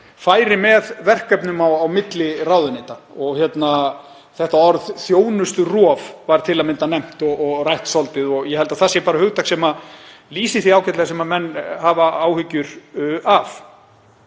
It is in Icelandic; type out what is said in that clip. færi með verkefnum á milli ráðuneyta. Orðið þjónusturof var til að mynda nefnt og rætt svolítið og ég held að það sé hugtak sem lýsir því ágætlega sem menn hafa áhyggjur af.